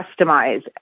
customize